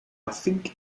think